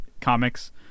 comics